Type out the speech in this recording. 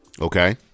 Okay